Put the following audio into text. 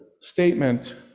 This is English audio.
statement